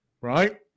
right